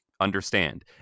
understand